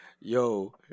Yo